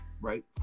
right